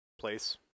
place